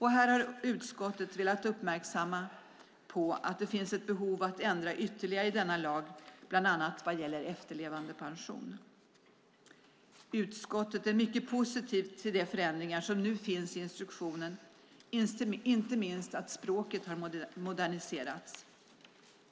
Här har utskottet velat uppmärksamma på att det finns behov av att ändra ytterligare i denna lag, bland annat vad gäller efterlevandepension. Utskottet är mycket positivt till de förändringar som nu föreslås i instruktionen, inte minst att språket moderniseras.